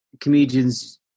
comedians